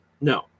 No